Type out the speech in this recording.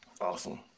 awesome